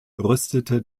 rüstete